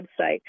website